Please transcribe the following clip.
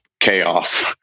chaos